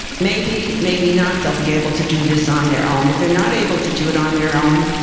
maybe, maybe not they'll be able to do this on their own. if they're not able to do it on their own,